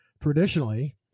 traditionally